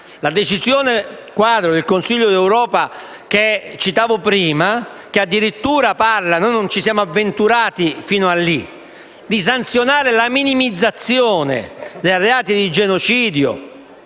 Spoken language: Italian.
La decisione quadro del Consiglio d'Europa che citavo prima, che addirittura parla - noi non ci siamo avventurati fino a quel punto - di sanzionare la minimizzazione dei reati di genocidio,